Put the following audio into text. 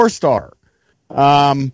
four-star